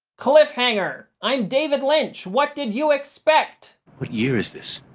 cliffhanger. i'm david lynch, what did you expect? what year is this?